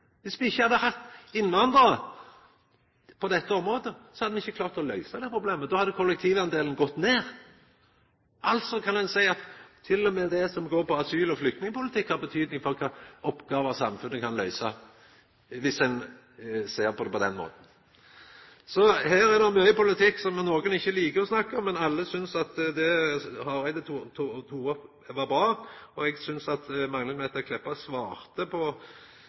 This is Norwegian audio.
me ikkje hadde hatt innvandrarar på dette området, så hadde me ikkje klart å løysa det problemet. Då hadde kollektivdelen gått ned. Altså kan ein seia at til og med det som går på asyl- og flyktningpolitikken har betyding for kva oppgåver samfunnet kan løysa dersom ein ser på det på den måten. Så her er det mykje politikk, som nokon ikkje likar å snakke om, men alle synest at det som Hareide tek opp, er bra, og Magnhild Meltveit Kleppa svarte at me må ha ein skikkeleg gjennomgang på